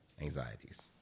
anxieties